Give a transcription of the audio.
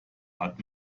hat